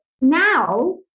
now